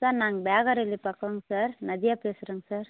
sir நாங்கள் பக்கம் sir Nadiya பேசுகிறேங்க சார்